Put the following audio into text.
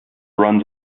runs